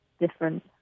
different